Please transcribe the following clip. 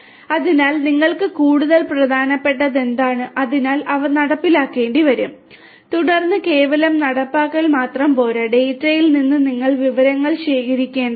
അതിനാൽ നിങ്ങൾക്ക് കൂടുതൽ പ്രധാനപ്പെട്ടത് എന്താണ് അതിനാൽ അവ നടപ്പിലാക്കേണ്ടിവരും തുടർന്ന് കേവലം നടപ്പാക്കൽ മാത്രം പോരാ ഡാറ്റയിൽ നിന്ന് നിങ്ങൾ വിവരങ്ങൾ ശേഖരിക്കേണ്ടതുണ്ട്